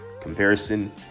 Comparison